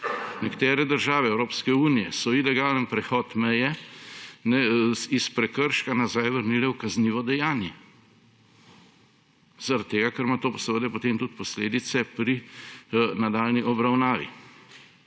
Nekatere države Evropske unije so ilegalen prehod meje iz prekrška vrnile nazaj v kaznivo dejanje, ker ima to seveda potem tudi posledice pri nadaljnji obravnavi.